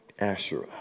Asherah